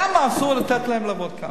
למה אסור לתת להם לעבוד כאן?